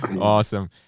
Awesome